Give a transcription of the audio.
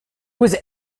was